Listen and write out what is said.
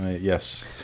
Yes